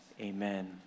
Amen